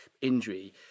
injury